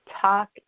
talk